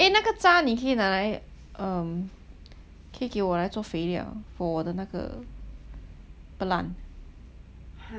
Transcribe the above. eh 那个渣你可以拿来 um 可以给我来做肥料 for 我的那个 plant